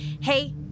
Hey